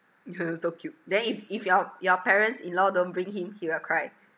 yeah so cute then if if your your parents-in-law don't bring him he will cry